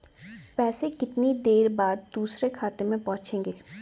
पैसे कितनी देर बाद दूसरे खाते में पहुंचेंगे?